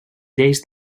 lleis